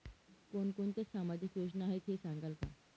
कोणकोणत्या सामाजिक योजना आहेत हे सांगाल का?